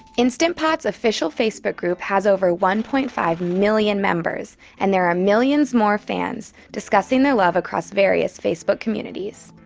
instant pot's official facebook group has over one point five million members and there are millions more fans discussing their love across various facebook communities.